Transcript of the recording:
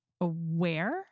aware